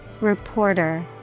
Reporter